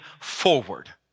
forward